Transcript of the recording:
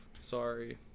Sorry